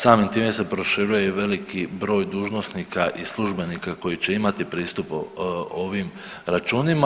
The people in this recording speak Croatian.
Samim time se proširuje i veliki broj dužnosnika i službenika koji će imati pristup ovim računima.